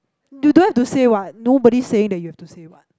you don't have to say what nobody saying that you have to say what